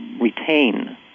retain